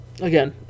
again